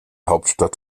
hauptstadt